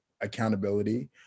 accountability